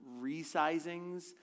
resizings